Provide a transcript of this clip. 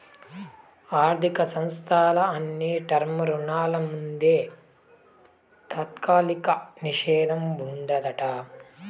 ఆర్థిక సంస్థల అన్ని టర్మ్ రుణాల మింద తాత్కాలిక నిషేధం ఉండాదట